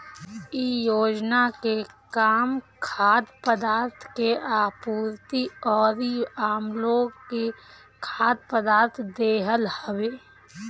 इ योजना के काम खाद्य पदार्थ के आपूर्ति अउरी आमलोग के खाद्य पदार्थ देहल हवे